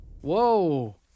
Whoa